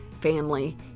family